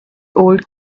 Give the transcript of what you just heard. old